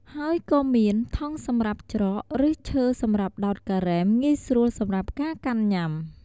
ហើយក៏មាន ថង់សម្រាប់ច្រក ឬឈើសម្រាប់ដោតការ៉េមងាយស្រួលសម្រាប់ការកាន់ញុាំ។